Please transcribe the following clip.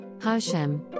HaShem